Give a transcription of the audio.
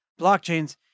blockchains